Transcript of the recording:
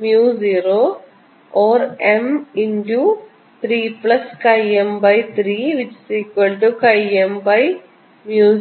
M3M or M3M3MB0